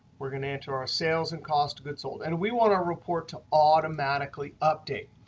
we're going to and to our sales and cost of goods sold. and we want our report to automatically update.